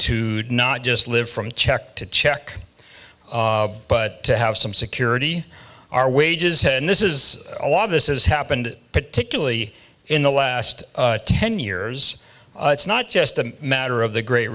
to not just live from check to check but to have some security our wages and this is a lot of this has happened particularly in the last ten years it's not just a matter of the great